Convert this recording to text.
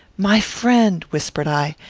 my friend! whispered i,